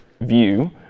view